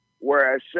Whereas